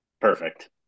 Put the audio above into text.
perfect